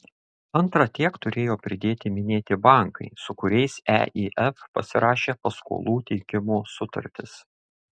antra tiek turėjo pridėti minėti bankai su kuriais eif pasirašė paskolų teikimo sutartis